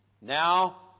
Now